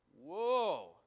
Whoa